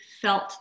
felt